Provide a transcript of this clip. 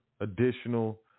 additional